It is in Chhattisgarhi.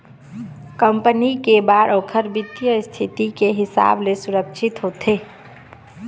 कंपनी के बांड ओखर बित्तीय इस्थिति के हिसाब ले सुरक्छित होथे